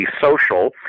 social